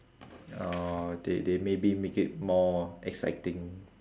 uh they they maybe make it more exciting